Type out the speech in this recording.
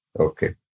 Okay